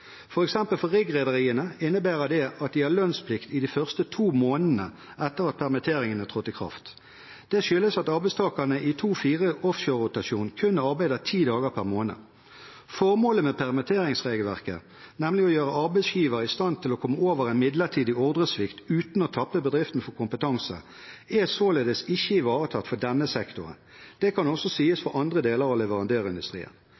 for riggrederiene innebærer det at de har lønnsplikt i de første to månedene etter at permitteringen har trådt i kraft. Det skyldes at arbeidstakerne i 2–4-offshorerotasjon kun arbeider 10 dager per måned. Formålet med permitteringsregelverket, nemlig å gjøre arbeidsgiver i stand til å komme over en midlertidig ordresvikt uten å tappe bedriften for kompetanse, er således ikke ivaretatt for denne sektoren. Det kan også sies